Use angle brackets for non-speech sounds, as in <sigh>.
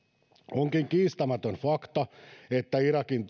onkin kiistämätön fakta että irakin <unintelligible>